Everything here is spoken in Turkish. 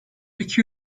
iki